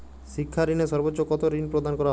শিক্ষা ঋণে সর্বোচ্চ কতো ঋণ প্রদান করা হয়?